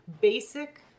basic